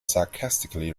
sarcastically